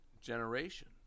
generation